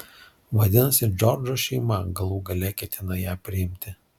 vadinasi džordžo šeima galų gale ketina ją priimti